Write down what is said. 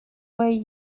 way